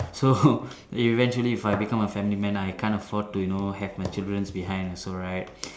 so eventually if I become a family man I can't afford to you know have my childrens behind also right